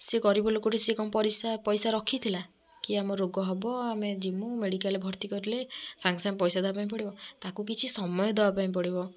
ସିଏ ଗରିବ ଲୋକଟି ସିଏ କଣ ପଇସା ରଖିଥିଲା କି ଆମ ରୋଗ ହେବ ଆମେ ଯିମୁଁ ମେଡ଼ିକାଲ୍ ଭର୍ତ୍ତିକରିଲେ ସଙ୍ଗେ ସଙ୍ଗେ ପଇସା ଦେବାପାଇଁ ପଡ଼ିବ ତାକୁ କିଛି ସମୟ ଦେବା ପାଇଁ ପଡ଼ିବ